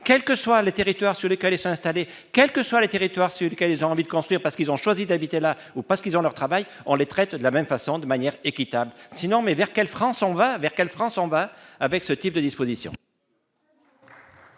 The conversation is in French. quelque que soient les territoires sur lesquels elle s'installer quelque soit les territoires sur lesquels j'ai envie de construire parce qu'ils ont choisi d'habiter là ou parce qu'ils ont leur travail, on les traite de la même façon de manière équitable sinon mais vers quelle France on va vers quelle France en bas avec ce type de disposition.